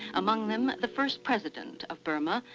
among them, the first president of burma,